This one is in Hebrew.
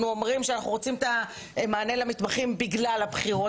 אומרים שאנחנו רוצים את המענה למתמחים בגלל הבחירות,